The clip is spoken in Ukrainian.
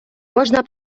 кожна